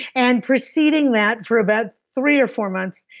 and preceding that for about three or four months,